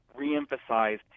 reemphasized